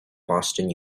boston